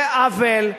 זה עוול,